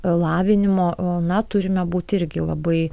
lavinimo o na turime būti irgi labai